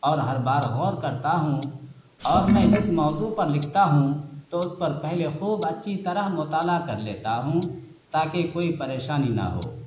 اور ہر بار غور کرتا ہوں کہ اور میں جس موضوع پر لکھتا ہوں تو اس پر پہلے خوب اچھی طرح مطالعہ کر لیتا ہوں تاکہ کوئی پریشانی نہ ہو